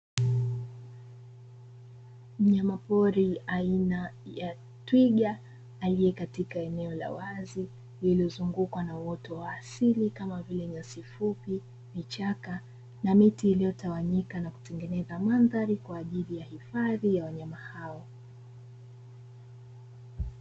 Mnyama pori aina ya twiga alie katika eneo la wazi lililozungukwa na uoto wa asili kama vile nyasi fupi, vichaka na mito iliyotawanyika na kutengeneza mandhari kwa ajili ya hifadhi ya wanyama hao.